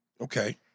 Okay